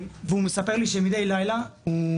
הוא סיפר לי שמידי לילה הוא